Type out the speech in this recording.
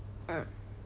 mm